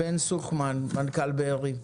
בן סוכמן, מנכ"ל בארי.